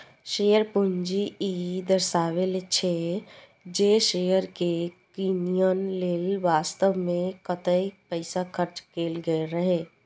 share पूंजी ई दर्शाबै छै, जे शेयर कें कीनय लेल वास्तव मे कतेक पैसा खर्च कैल गेल रहै